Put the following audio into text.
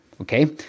okay